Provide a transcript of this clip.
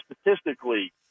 statistically